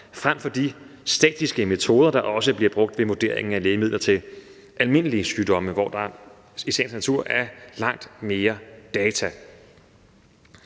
frem for de statiske metoder, der også bliver brugt ved vurderingen af lægemidler til almindelige sygdomme, hvor der i sagens natur er langt mere data.